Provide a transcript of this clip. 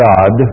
God